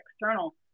external